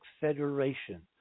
Federation